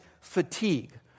fatigue